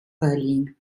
berlin